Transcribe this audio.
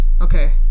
Okay